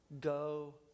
Go